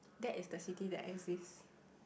that is the city that exist